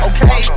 Okay